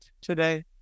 today